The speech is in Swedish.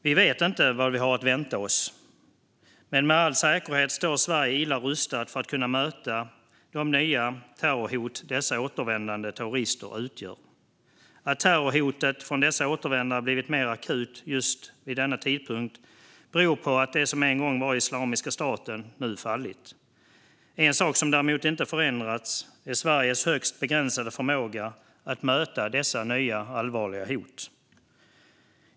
Vi vet inte vad vi har att vänta oss, men Sverige står med all säkerhet illa rustat för att möta det nya terrorhot som dessa återvändande terrorister utgör. Att terrorhotet från dessa återvändare blivit mer akut just vid denna tidpunkt beror på att det som en gång var Islamiska staten nu har fallit. En sak som däremot inte har förändrats är Sveriges högst begränsade förmåga att möta dessa nya, allvarliga hot.